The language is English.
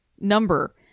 number